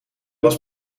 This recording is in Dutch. was